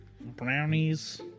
Brownies